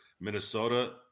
Minnesota